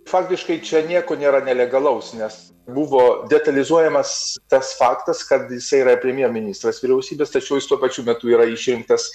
faktiškai čia nieko nėra nelegalaus nes buvo detalizuojamas tas faktas kad jisai yra premjerministras vyriausybės tačiau jis tuo pačiu metu yra išrinktas